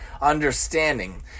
understanding